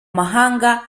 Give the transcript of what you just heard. mahanga